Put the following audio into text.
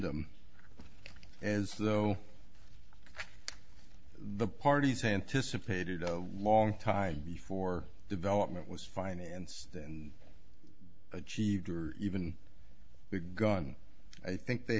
them as though the parties anticipated a long time before development was financed and achieved or even begun i think they